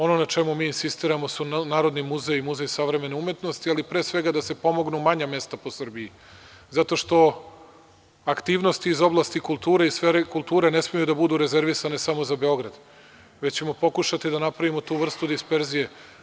Ono na čemu mi insistiramo su Narodni muzej i Muzej savremene umetnosti, ali pre svega da se pomognu manja mesta po Srbiji zato što aktivnosti iz oblasti kulture i sfere kulture ne smeju da budu rezervisane samo za Beograd gde ćemo pokušati da napravimo tu vrstu disperzije.